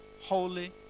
holy